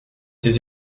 ses